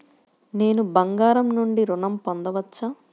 నేను బంగారం నుండి ఋణం పొందవచ్చా?